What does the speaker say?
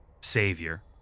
savior